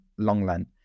Longland